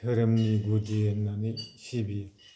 धोरोमनि गुदि होननानै सिबियो